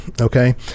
okay